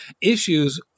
issues